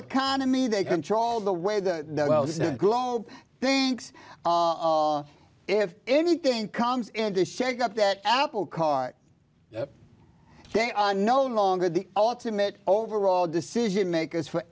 economy they control the way the globe thinks of if anything comes in to shake up that apple cart they are no longer the ultimate overall decision makers for